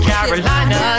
Carolina